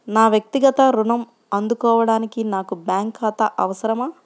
నా వక్తిగత ఋణం అందుకోడానికి నాకు బ్యాంక్ ఖాతా అవసరమా?